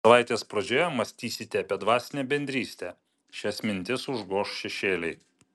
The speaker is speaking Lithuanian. savaitės pradžioje mąstysite apie dvasinę bendrystę šias mintis užgoš šešėliai